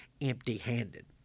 empty-handed